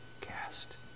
cast